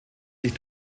sich